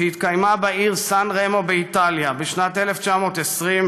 שהתקיימה בעיר סן רמו באיטליה בשנת 1920,